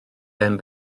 hen